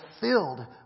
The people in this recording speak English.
filled